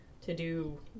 to-do